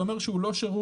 זה אומר שהוא לא שירות,